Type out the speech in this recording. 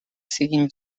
siguin